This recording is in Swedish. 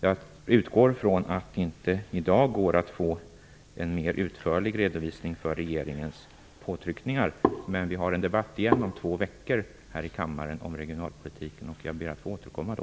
Jag utgår från att det i dag inte går att få en utförligare redovisning av regeringens påtryckningar. Men om två veckor har vi här i kammaren en debatt om regionalpolitiken. Jag ber att få återkomma då.